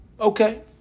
Okay